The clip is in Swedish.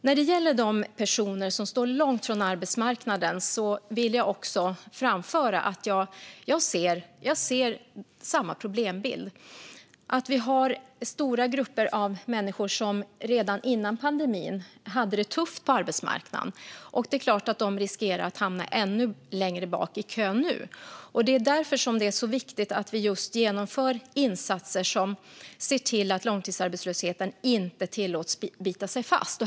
När det gäller de personer som står långt från arbetsmarknaden vill jag också framföra att jag ser samma problembild som interpellanten, att vi har stora grupper av människor som redan innan pandemin hade det tufft på arbetsmarknaden. Det är klart att de riskerar att hamna ännu längre bak i kön nu. Det är därför som det är så viktigt att vi just genomför insatser som ser till att långtidsarbetslösheten inte tillåts bita sig fast.